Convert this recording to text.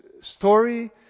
story